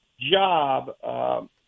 job –